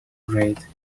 grate